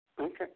Okay